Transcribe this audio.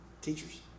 teachers